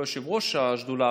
אני לא יושב-ראש השדולה,